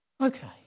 Okay